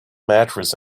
mattress